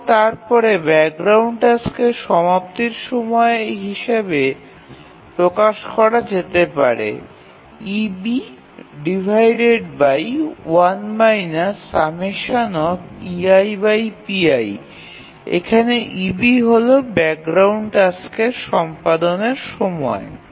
এবং তারপর ব্যাকগ্রাউন্ড টাস্কের সমাপ্তির সময় হিসাবে প্রকাশ করা যেতে পারে যেখানে eB হল ব্যাকগ্রাউন্ড টাস্কের সম্পাদনের সময়